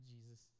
Jesus